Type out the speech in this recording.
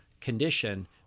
condition